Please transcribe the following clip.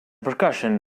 percussion